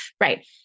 Right